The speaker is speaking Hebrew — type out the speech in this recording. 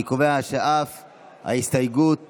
אני קובע שאף ההשגה